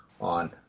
on